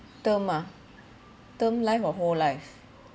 term ah term life or whole life